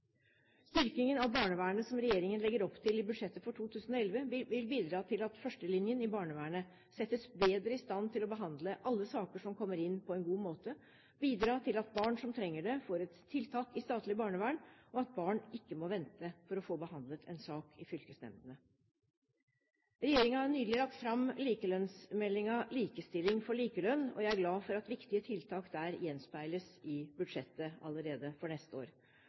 Styrkingen av barnevernet som regjeringen legger opp til i budsjettet for 2011, vil bidra til at førstelinjen i barnevernet settes bedre i stand til å behandle alle saker som kommer inn, på en god måte, bidra til at barn som trenger det, får et tiltak i statlig barnevern, og at barn ikke må vente for å få behandlet en sak i fylkesnemndene. Regjeringen har nylig lagt fram likelønnsmeldingen «Likestilling for likelønn», og jeg er glad for at viktige tiltak der gjenspeiles allerede i budsjettet for neste år.